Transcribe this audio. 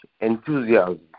enthusiasm